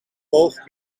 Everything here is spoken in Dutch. boog